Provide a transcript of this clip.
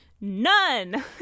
None